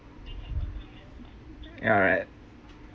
ya right